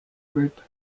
group